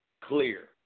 clear